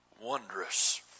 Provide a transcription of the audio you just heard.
wondrous